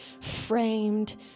framed